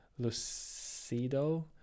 Lucido